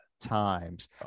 times